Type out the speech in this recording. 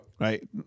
Right